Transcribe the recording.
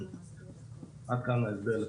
עד כאן ההסבר.